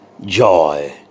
joy